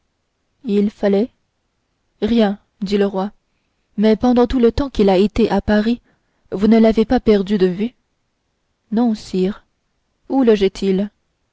il fallait rien dit le roi rien mais pendant tout le temps qu'il a été à paris vous ne l'avez pas perdu de vue non sire où